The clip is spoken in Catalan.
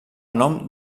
nom